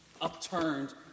upturned